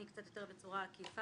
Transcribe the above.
אני קצת יותר בצורה עקיפה,